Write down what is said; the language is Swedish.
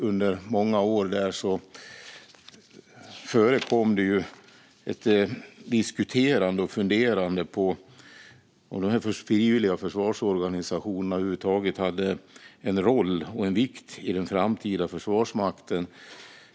Under många år förekom också ett diskuterande och funderande om de frivilliga försvarsorganisationerna över huvud taget hade en roll och en vikt i den framtida Försvarsmakten.